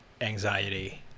anxiety